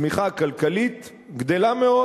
הצמיחה הכלכלית גדלה מאוד.